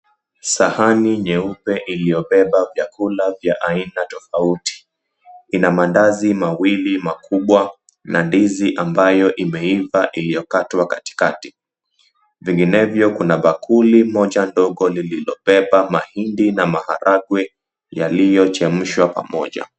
Sahani nyeupe iliyobeba vyakula vya aina tofauti ina maandazi mawili makubwa na ndizi ambayo imeiva iliyokatwa katikati. Vinginevyo kuna bakuli moja ndogo lililobeba mahindi na maharagwe yaliyochemshwa pamoja.